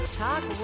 talk